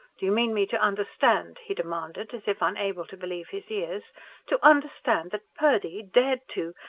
do you mean me to understand, he demanded, as if unable to believe his ears to understand that purdy. dared to.